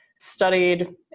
studied